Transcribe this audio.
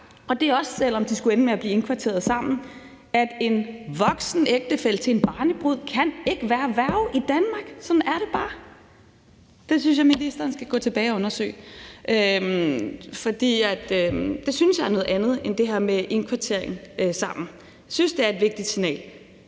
og det er også, selv om de skulle ende med at blive indkvarteret sammen – at en voksen ægtefælle til en barnebrud ikke kan være værge i Danmark. Sådan er det bare. Det synes jeg ministeren skal gå tilbage at undersøge. For det synes jeg er noget andet end det her med indkvartering sammen. Jeg synes, det er et vigtigt signal